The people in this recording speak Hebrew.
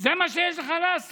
זה מה שיש לך לעשות?